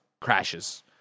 crashes